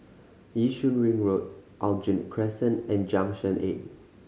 Yishun Ring Road Aljunied Crescent and Junction Eight